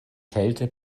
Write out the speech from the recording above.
kälte